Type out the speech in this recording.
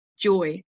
joy